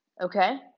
Okay